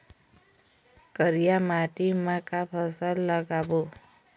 करिया माटी म का फसल लगाबो?